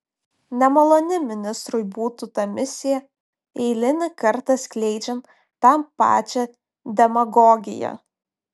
nemaloni ministrui būtų ta misija eilinį kartą skleidžiant tą pačią demagogiją